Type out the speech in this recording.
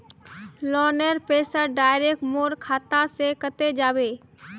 लोनेर पैसा डायरक मोर खाता से कते जाबे?